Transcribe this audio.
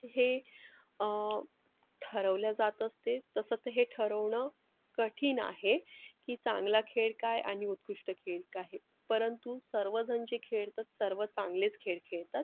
हे ठरवले जात असते तसं तर हे ठरवणं कठीण आहे की चांगला खेळ काय आणि उत्कृष्ट खेळ काय हे परंतु सर्वजण जे खेळतात सर्व चांगलेच खेळ खेळतात